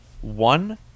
One